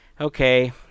okay